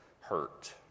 hurt